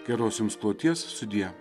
geros jums kloties sudie